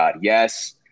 Yes